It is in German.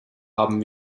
haben